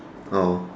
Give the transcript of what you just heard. oh